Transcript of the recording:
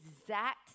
exact